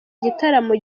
gitaramo